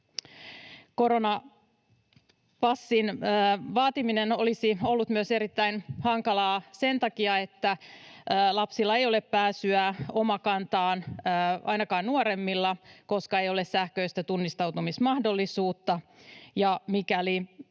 Koronapassin vaatiminen olisi ollut myös erittäin hankalaa sen takia, että lapsilla ei ole pääsyä Omakantaan, ainakaan nuoremmilla, koska ei ole sähköistä tunnistautumismahdollisuutta,